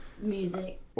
music